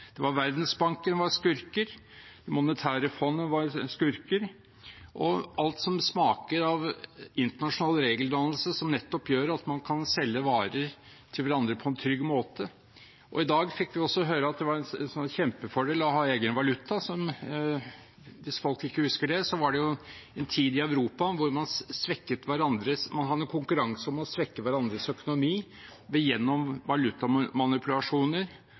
Verdensbanken var skurker, humanitære fond var skurker – alt som smaker av internasjonal regeldannelse, som nettopp gjør at man kan selge varer til hverandre på en trygg måte. I dag fikk vi også høre at det var en kjempefordel å ha egen valuta. Hvis folk ikke husker det, så var det en tid i Europa hvor man hadde konkurranse om å svekke hverandres økonomi gjennom valutamanipulasjoner, hyppige devalueringer og